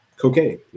cocaine